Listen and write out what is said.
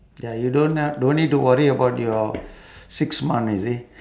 ya you don't uh don't need to worry about your six month you see